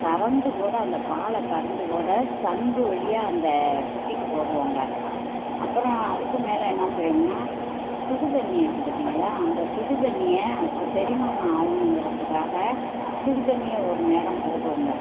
கறந்து கூட அந்த பாலை கறந்து கூட சங்கு வழியாக அந்த குட்டிக்கு போடுவோங்க அப்புறம் அதுக்கு மேலே என்ன செய்யணும்னா சுடு தண்ணீ இருக்கு பார்த்தீங்களா அந்த சுடு தண்ணீயை அதுக்கு செரிமானம் ஆகணுங்க்குறதுக்காக சுடு தண்ணீய ஒரு நேரம் போடுவோங்க